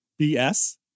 BS